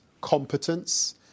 competence